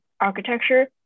architecture